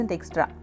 Extra